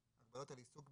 החיים די יעשו את שלהם.